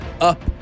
up